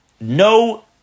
no